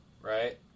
right